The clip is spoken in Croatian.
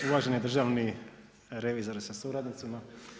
Uvaženi državni revizore sa suradnicima.